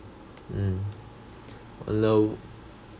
mm